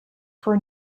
for